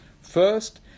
First